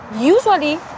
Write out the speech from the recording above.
usually